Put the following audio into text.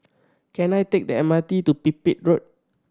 can I take the M R T to Pipit Road